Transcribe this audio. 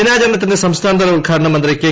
ദിനാചരണത്തിന്റെ സംസ്ഥാനതല ഉദ്ഘാടനം മന്ത്രി കെ